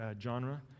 genre